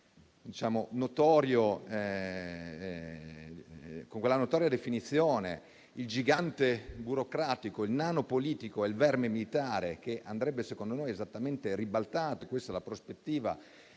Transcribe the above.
facciamo con una notoria definizione: il gigante burocratico, il nano politico e il verme militare, che andrebbe secondo noi esattamente ribaltata. Questa è la prospettiva